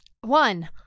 One